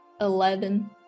Eleven